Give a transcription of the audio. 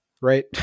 Right